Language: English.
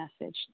message